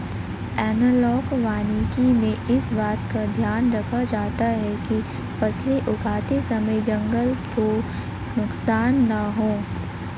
analogue वानिकी में इस बात का ध्यान रखा जाता है कि फसलें उगाते समय जंगल को नुकसान ना हो